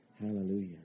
hallelujah